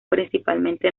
principalmente